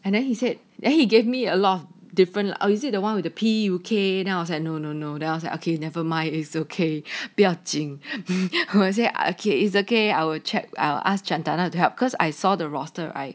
and then he said then he gave me a lot of different or is it the [one] with the P_U_K then I was like no no no then I was like okay never mind is okay 不要紧 say okay is okay I will check I'll ask chantana to help because I saw the roster right